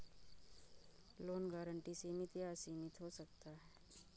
loan guarantee सीमित या असीमित हो सकता है